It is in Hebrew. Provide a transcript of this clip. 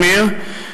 אמיר,